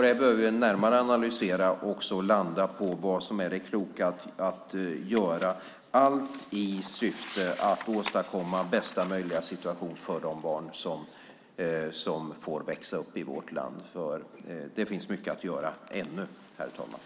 Dem behöver vi närmare analysera och landa i vad som är det kloka att göra, allt i syfte att åstadkomma bästa möjliga situation för de barn som får växa upp i vårt land. Det finns mycket att göra ännu, herr talman.